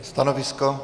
Stanovisko?